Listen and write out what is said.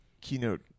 keynote